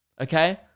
Okay